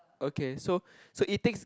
okay so so it takes